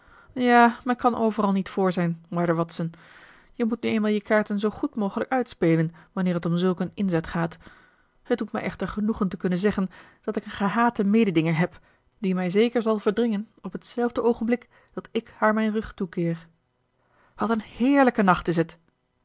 ja men kan overal niet voor zijn waarde watson je moet nu eenmaal je kaarten zoo goed mogelijk uitspelen wanneer het om zulk een inzet gaat het doet mij echter genoegen te kunnen zeggen dat ik een gehaten mededinger heb die mij zeker zal verdringen op hetzelfde oogenblik dat ik haar mijn rug toekeer wat een heerlijke nacht is het